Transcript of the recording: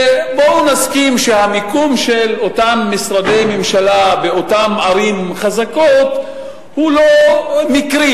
ובואו נסכים שהמיקום של אותם משרדי ממשלה באותן ערים חזקות הוא לא מקרי,